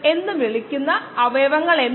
ഒന്ന് കൂടി പറയാം